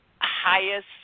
highest